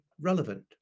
relevant